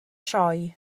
sioe